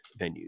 venues